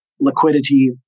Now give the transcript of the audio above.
liquidity